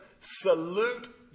salute